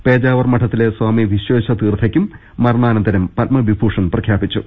പേജാവർ മഠത്തിലെ സ്വാമി വിശ്വേശ തീർഥയ്ക്കും മരണാനന്തരം പത്മവിഭൂഷൺ പ്രഖ്യാപിച്ചു